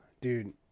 dude